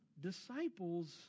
disciples